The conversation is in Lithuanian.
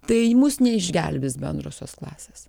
tai mus neišgelbės bendrosios klasės